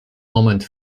moment